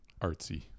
artsy